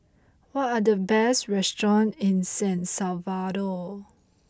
what are the best restaurants in San Salvador